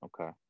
okay